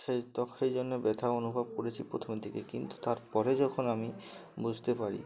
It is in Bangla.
সেই তখন সেই জন্যে ব্যথা অনুভব করেছি প্রথমের দিকে কিন্তু তার পরে যখন আমি বুঝতে পারি